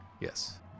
Yes